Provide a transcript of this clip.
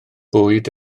bwyd